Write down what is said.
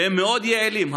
והם מאוד יעילים,